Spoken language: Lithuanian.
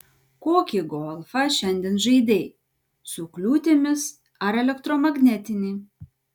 kokį golfą šiandien žaidei su kliūtimis ar elektromagnetinį